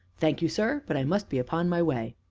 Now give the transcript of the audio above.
thank you, sir but i must be upon my way.